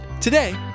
Today